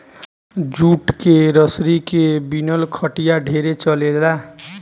jute के रसरी के बिनल खटिया ढेरे चलेला